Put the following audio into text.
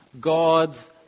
God's